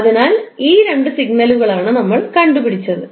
അതിനാൽ ഈ രണ്ട് സിഗ്നലുകളാണ് നമ്മൾ കണ്ടു പിടിച്ചത്